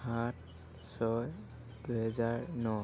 আঠ ছয় দুহেজাৰ ন